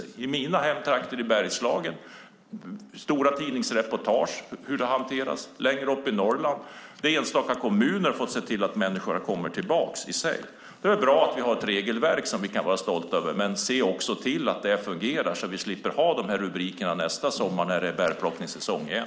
I mina hemtrakter i Bergslagen har det varit stora tidningsreportage över hur det har hanterats, och längre upp i Norrland har enstaka kommuner fått se till att människorna kommer tillbaka. Det är väl bra att vi har ett regelverk som vi kan vara stolta över. Men se också till att det fungerar, så att vi slipper ha dessa rubriker nästa sommar, när det är bärplockningssäsong igen.